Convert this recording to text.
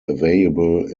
available